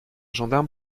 gendarme